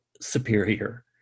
superior